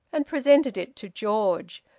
and presented it to george,